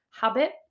habit